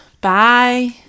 Bye